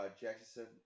Jackson